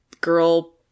girl